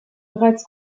bereits